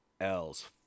else